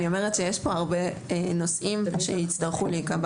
אני אומרת שיש פה הרבה נושאים שיצטרכו להיקבע